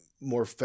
more